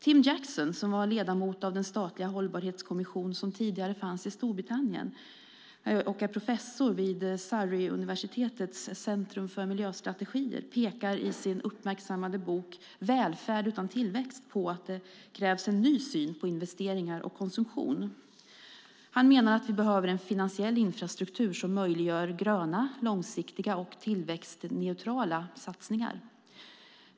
Tim Jackson, som var ledamot av den statliga hållbarhetskommission som tidigare fanns i Storbritannien och är professor vid Surreyuniversitetets centrum för miljöstrategier, pekar i sin uppmärksammade bok Välfärd utan tillväxt på att det krävs en ny syn på investeringar och konsumtion. Han menar att vi behöver en finansiell infrastruktur som möjliggör gröna, långsiktiga och tillväxtneutrala satsningar.